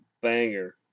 banger